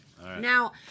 Now